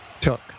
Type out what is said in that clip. took